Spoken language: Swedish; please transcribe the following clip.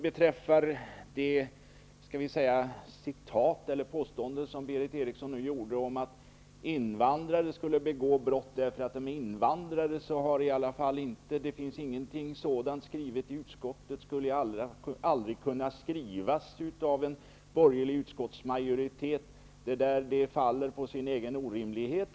Beträffande Berith Erikssons citat i fråga om detta med att invandrare skulle begå brott därför att de är invandrare vill jag säga att någonting sådant inte har skrivits av utskottet. Och någonting sådant skulle heller aldrig en borgerlig utskottsmajoritet kunna skriva. Gjorda påstående faller alltså på sin egen orimlighet.